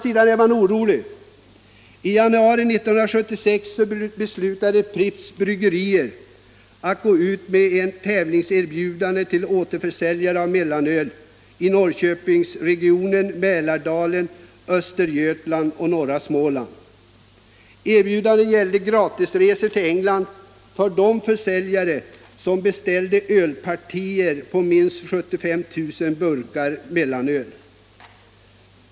I januari 1976 beslutade Pripps bryggerier att gå ut med ett tävlingserbjudande till återförsäljare av mellanöl i Norrköpingsregionen, Mälardalen, Östergötland och norra Småland. Erbjudandet gällde gratisresor till England för de försäljare som beställde ölpartier på minst 75 000 burkar mellanöl.